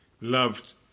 Loved